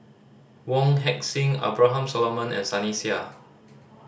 Wong Heck Sing Abraham Solomon and Sunny Sia